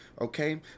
okay